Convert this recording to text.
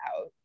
out